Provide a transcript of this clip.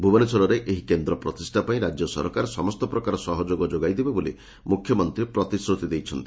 ଭୁବନେଶ୍ୱରରେ ଏହି କେନ୍ଦ ପ୍ରତିଷା ପାଇଁ ରାଜ୍ୟ ସରକାର ସମସ୍ତ ପ୍ରକାର ସହଯୋଗ ଯୋଗାଇ ଦେବେ ବୋଲି ମୁଖ୍ୟମନ୍ତୀ ପ୍ରତିଶ୍ରତି ଦେଇଛନ୍ତି